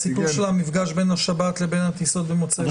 בסיפור של המפגש בין השבת לבין הטיסות במוצאי שבת.